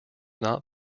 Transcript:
not